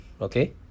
okay